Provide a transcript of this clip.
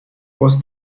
was